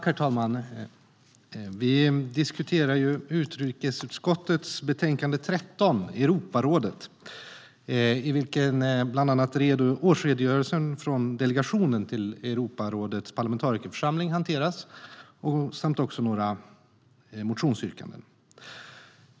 Herr talman! Vi diskuterar utrikesutskottets betänkande 13 Europa rådet . Där hanteras bland annat årsredogörelsen från delegationen till Europarådets parlamentarikerförsamling samt några motionsyrkanden.